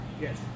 Yes